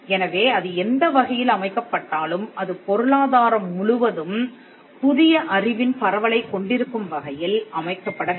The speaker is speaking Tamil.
எனவே அது எந்த வகையில் அமைக்கப்பட்டாலும் அது பொருளாதாரம் முழுவதும் புதிய அறிவின் பரவலைக் கொண்டிருக்கும் வகையில் அமைக்கப்பட வேண்டும்